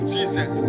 Jesus